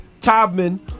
Tobman